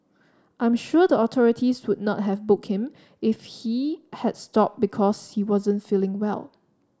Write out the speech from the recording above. I'm sure the authorities would not have book him if he had stop because he wasn't feeling well